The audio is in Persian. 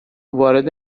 وارد